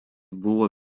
buvo